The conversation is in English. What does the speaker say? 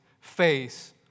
face